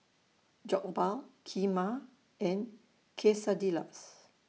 Jokbal Kheema and Quesadillas